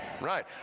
Right